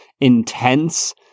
intense